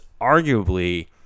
arguably